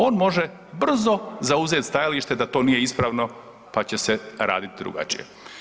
On može brzo zauzeti stajalište da to nije ispravno pa će se raditi drugačije.